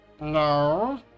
No